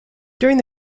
during